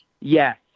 Yes